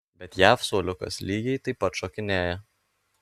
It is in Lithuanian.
bet jav suoliukas lygiai taip pat šokinėja